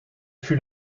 fut